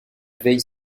veille